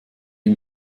ihm